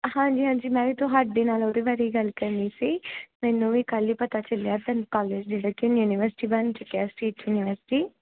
ਹਾਂਜੀ ਹਾਂਜੀ ਮੈਂ ਵੀ ਤੁਹਾਡੇ ਨਾਲ ਉਹਦੇ ਬਾਰੇ ਹੀ ਗੱਲ ਕਰਨੀ ਸੀ ਮੈਨੂੰ ਵੀ ਕੱਲ੍ਹ ਹੀ ਪਤਾ ਚੱਲਿਆ ਤਾਂ ਕੋਲੇਜ ਜਿਹੜਾ ਕਿ ਯੂਨੀਵਰਸਿਟੀ ਬਣ ਚੁੱਕਿਆ ਯੂਨੀਵਰਸਿਟੀ